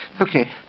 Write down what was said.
okay